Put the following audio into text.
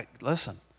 listen